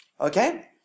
Okay